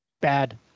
Bad